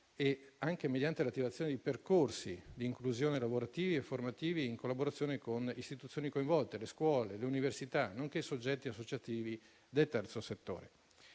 anche mediante l'attivazione di percorsi di inclusione lavorativi e formativi in collaborazione con le istituzioni coinvolte, come le scuole e le università, nonché soggetti associativi del terzo settore.